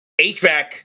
HVAC